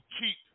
keep